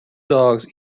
dogs